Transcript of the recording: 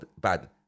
bad